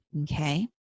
okay